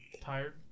tired